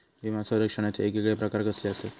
विमा सौरक्षणाचे येगयेगळे प्रकार कसले आसत?